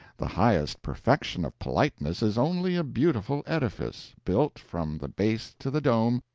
the highest perfection of politeness is only a beautiful edifice, built, from the base to the dome,